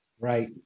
Right